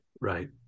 Right